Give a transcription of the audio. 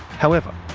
however,